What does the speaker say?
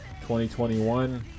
2021